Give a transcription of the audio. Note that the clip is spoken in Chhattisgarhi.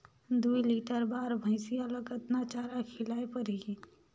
दुई लीटर बार भइंसिया ला कतना चारा खिलाय परही?